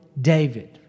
David